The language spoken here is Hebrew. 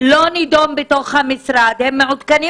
כולו לא נדון בתוך המשרד והם מעודכנים